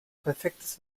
perfektes